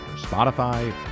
Spotify